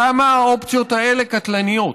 כמה האופציות האלה קטלניות.